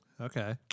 Okay